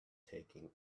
taking